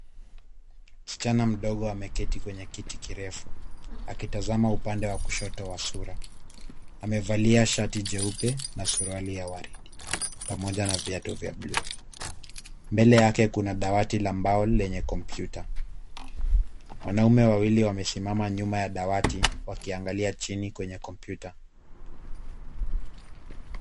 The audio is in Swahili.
Msichana mdogo ameketi kwenye kiti kirefu akitazama upande wa kushoto wa sura, amevalia shati jeupe na suruali ya waridi pamoja na viatu vya bluu, mbele yake kuna dawati la mbao lenye kompyuta. Wanaume wawili wamesimama nyuma ya dawati wakiangalia chini kwenye kompyuta.